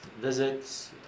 visits